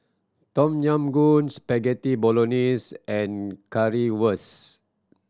Tom Yam Goong Spaghetti Bolognese and Currywurst